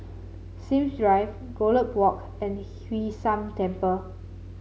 Sims Drive Gallop Walk and Hwee San Temple